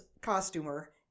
costumer